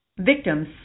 Victims